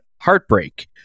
heartbreak